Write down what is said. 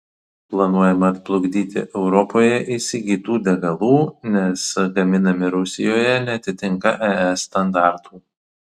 planuojama atplukdyti europoje įsigytų degalų nes gaminami rusijoje neatitinka es standartų